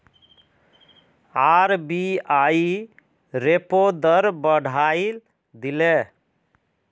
RBI repo दर बढ़ाए दिले